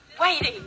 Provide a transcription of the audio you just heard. waiting